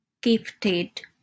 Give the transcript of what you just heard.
gifted